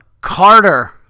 Carter